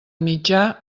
mitjà